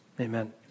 Amen